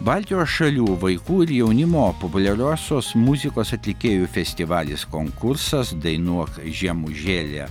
baltijos šalių vaikų ir jaunimo populiariosios muzikos atlikėjų festivalis konkursas dainuok žiemužėlė